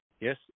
Yes